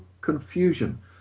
confusion